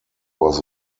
was